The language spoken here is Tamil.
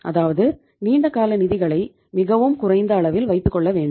அதாவது நீண்டகால நிதிகளை மிகவும் குறைந்த அளவில் வைத்துக் கொள்ள வேண்டும்